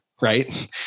Right